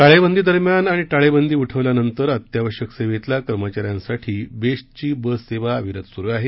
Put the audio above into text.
टाळेबंदी दरम्यान आणि टाळेबंदी उठवल्या नंतर अत्यावश्यक सेवेतल्या कर्मचाऱ्यांसाठी बेस्टची बससेवा अविरत सुरु आहे